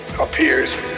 appears